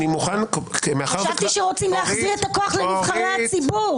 חשבתי שרוצים להחזיר את הכוח לנבחרי הציבור.